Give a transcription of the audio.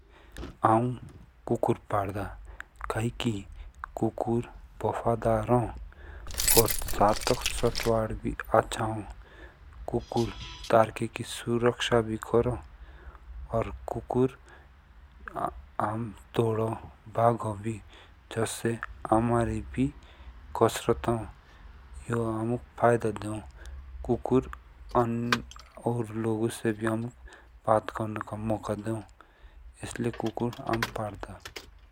कुकुर पालदा कई कि कुकुर वफ़ादार हो, साथक साथवद भी अच्छा हुन। सो धर्के कि सुरक्षा भी करो। कुकुर दोदो भागो जिसे अमारी कसरत भी हो। यह आमुक फायदा दो कुकुर और लोगु से आमुक बात कर्नो का मोका दो इसलिए कुकुर आऊ पालदा।